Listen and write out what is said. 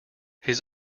his